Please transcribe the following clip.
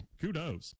kudos